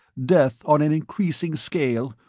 death on an increasing scale,